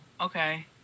okay